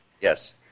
Yes